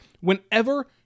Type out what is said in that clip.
whenever